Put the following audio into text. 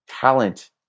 talent